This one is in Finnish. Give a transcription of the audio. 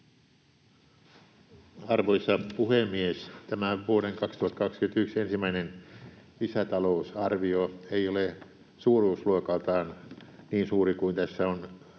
Arvoisa puhemies! Tämä vuoden 2021 ensimmäinen lisätalousarvio ei ole suuruusluokaltaan niin suuri kuin mihin tässä on